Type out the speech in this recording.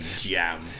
jam